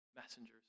messengers